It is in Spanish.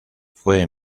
fue